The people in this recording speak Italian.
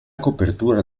copertura